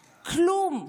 כלום.